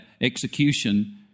execution